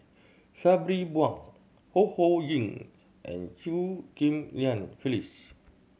Sabri Buang Ho Ho Ying and Chew Ghim Lian Phyllis